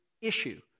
issue